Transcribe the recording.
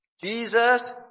Jesus